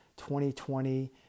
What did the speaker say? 2020